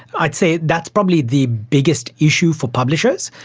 i'd say that's probably the biggest issue for publishers.